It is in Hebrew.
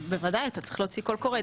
בוודאי אתה צריך להוציא קול קורא,